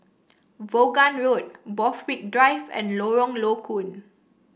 Vaughan Road Borthwick Drive and Lorong Low Koon